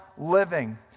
living